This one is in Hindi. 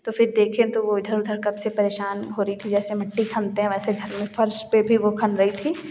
फ़िर देखे तो वह इधर उधर कब से परेशान हो रही थी जैसे मिट्टी खनते हैं वैसे घर में फर्श पर भी वह खन रही थी